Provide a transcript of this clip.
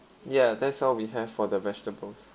ya that's what we have for the vegetables